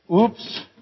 oops